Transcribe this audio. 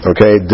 Okay